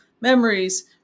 memories